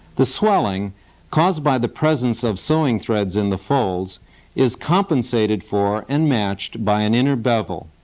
the swelling caused by the presence of sewing threads in the folds is compensated for and matched by an inner bevel.